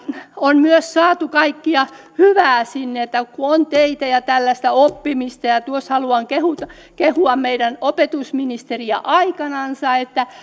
on myös saatu kaikkea hyvää sinne kun on teitä ja tällaista oppimista haluan kehua tuota meidän opetusministeriä aikoinansa että